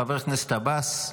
חבר הכנסת עבאס?